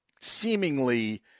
seemingly